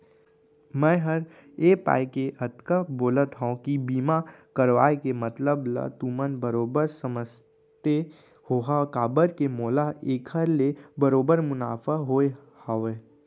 मैं हर ए पाय के अतका बोलत हँव कि बीमा करवाय के मतलब ल तुमन बरोबर समझते होहा काबर के मोला एखर ले बरोबर मुनाफा होय हवय